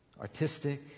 artistic